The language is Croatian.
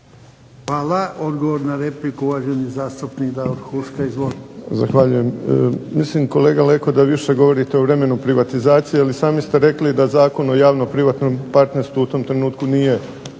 Hvala. Odgovor na repliku uvaženi zastupnik Davor Huška.